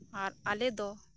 ᱟᱨ ᱟᱞᱮᱫᱚ